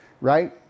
right